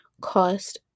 cost